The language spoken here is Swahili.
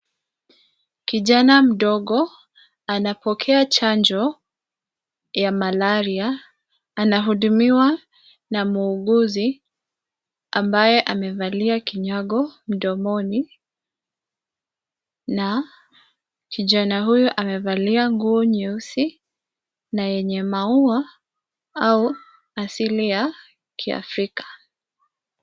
Kijana mdogo anapokea chanjo ya malaria, anahudumiwa na muuguzi ambaye amevalia kinyago mdomoni, na kijana huyo amevalia nguo nyeusi na yenye maua au asili ya kiafrika.